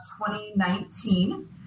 2019